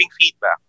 feedback